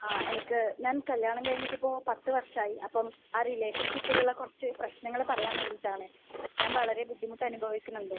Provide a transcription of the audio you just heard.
ആ എനിക്ക് ഞാൻ കല്ല്യാണം കഴിഞ്ഞിട്ട് ഇപ്പോൾ പത്ത് വർഷം ആയി അപ്പം ആ റിലേഷൻഷിപ്പിൽ ഉള്ള കുറച്ച് പ്രശ്നങ്ങള് പറയാൻ വേണ്ടിയിട്ട് ആണ് ഞാൻ വളരെ ബുദ്ധിമുട്ട് അനുഭവിക്കുന്നുണ്ട്